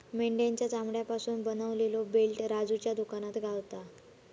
मेंढ्याच्या चामड्यापासून बनवलेलो बेल्ट राजूच्या दुकानात गावता